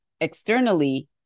externally